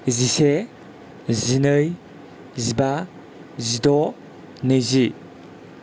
जिसे जिनै जिबा जिद' नैजि